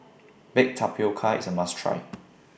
Baked Tapioca IS A must Try